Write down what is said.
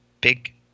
big